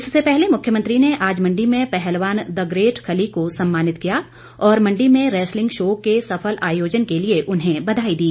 इससे पहले मुख्यमंत्री ने आज मण्डी में पहलवान द ग्रेट खली को सम्मानित किया और मण्डी में रेसलिंग शो के सफल आयोजन कि लिए उन्हें बधाई दी